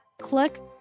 click